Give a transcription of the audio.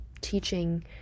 teaching